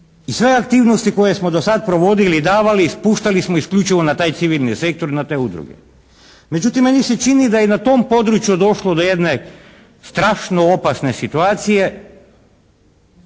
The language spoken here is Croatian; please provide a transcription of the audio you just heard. I sve aktivnosti koje smo do sad provodili i davali i spuštali smo isključivo na taj civilni sektor i na te udruge. Međutim meni se čini da je na tom području došlo do jedne strašno opasne situacije